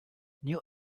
new